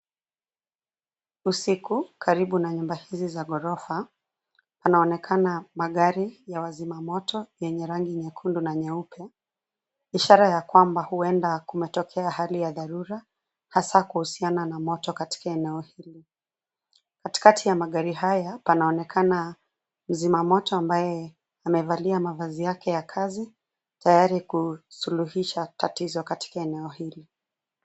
Usiku, karibu na nyumba hizi za ghorofa, panaonekana magari ya wazima moto yenye rangi nyekundu na nyeupe, ishara ya kwamba huenda kumetokea hali ya dharura hasa kuhusiana na moto katika eneo hilo. Katikati ya magari haya panaonekana mzima moto ambaye amevalia mavazi yake ya kazi, tayari kusuluhisha tatizo katika eneo hilo.